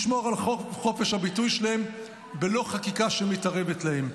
ישמור על חופש הביטוי שלהם בלא חקיקה שמתערבת להם.